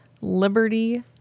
Liberty